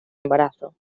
embarazo